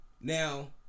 Now